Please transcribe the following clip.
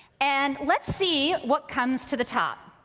and let's see what comes to the top.